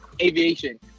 aviation